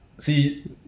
See